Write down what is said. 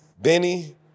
Benny